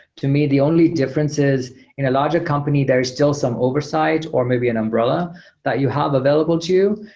to me, the only difference is in a larger company there is still some oversight or maybe an umbrella that you have available to you.